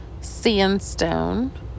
sandstone